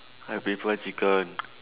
I prefer chicken